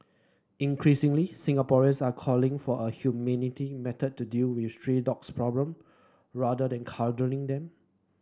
increasingly Singaporeans are calling for a humanity method to deal with stray dogs problem rather than culling them